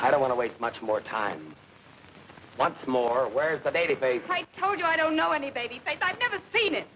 i don't want to waste much more time once more where is the database i told you i don't know anybody